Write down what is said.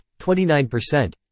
29%